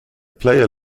player